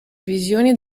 visioni